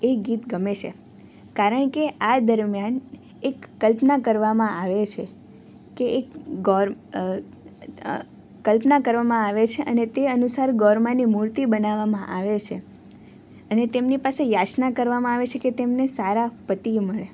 એ ગીત ગમે છે કારણકે આ દરમિયાન એક કલ્પના કરવામાં આવે છે કે એક ગોર કલ્પના કરવામાં આવે છે અને તે અનુસાર ગોર માની મૂર્તિ બનાવવામાં આવે છે અને તેમની પાસે યાચના કરવામાં આવે છે કે તેમને સારા પતિ મળે